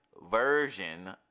version